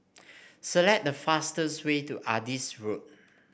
select the fastest way to Adis Road